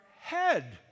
head